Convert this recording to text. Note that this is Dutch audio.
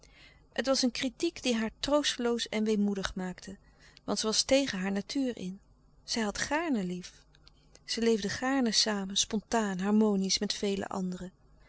het was een kritiek die haar troosteloos en weemoedig maakte want ze was tegen haar natuur in zij had gaarne lief ze leefde gaarne samen spontaan harmonisch met vele anderen